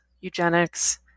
eugenics